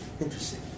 Interesting